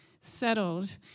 settled